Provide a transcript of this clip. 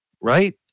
right